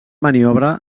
maniobra